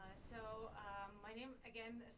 ah so my name again.